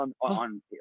on